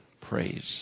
praise